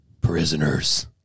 Prisoners